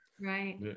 right